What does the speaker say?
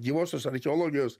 gyvosios archeologijos